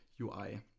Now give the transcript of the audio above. UI